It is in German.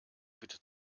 bitte